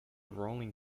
rolling